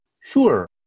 Sure